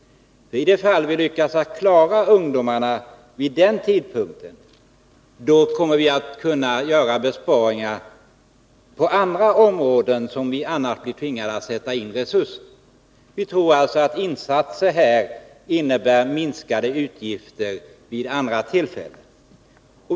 I de fall vi lyckas klara ungdomarna vid den tidpunkten kommer vi att kunna göra besparingar på andra områden där vi annars blir tvingade att sätta in resurser. Vi tror alltså att insatser här innebär minskade utgifter vid andra tillfällen.